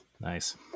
nice